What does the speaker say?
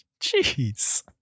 Jeez